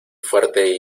fuerte